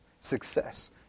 success